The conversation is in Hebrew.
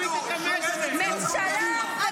--- הממשלה,